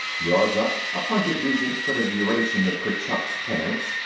yorzuk, appointed regent for the duration of kurchuk's penance,